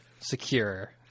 secure